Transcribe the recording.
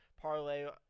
parlay